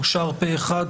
אושר פה אחד.